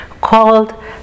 called